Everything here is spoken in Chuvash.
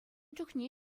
чухне